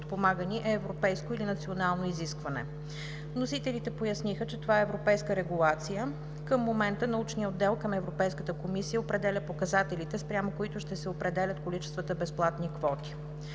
е европейско или национално изискване. Вносителите поясниха, че това е европейска регулация. Към момента научният отдел към Европейската комисия определя показателите, спрямо които ще се определят количествата безплатни квоти.